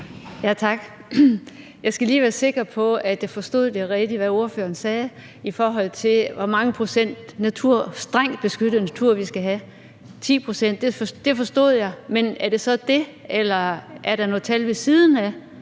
Tak. Jeg skal lige være sikker på, at jeg forstod, hvad ordføreren sagde, rigtigt, i forhold til hvor mange procent strengt beskyttet natur vi skal have. 10 pct. forstod jeg, men er det så det, eller er der et tal ved siden af?